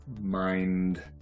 Mind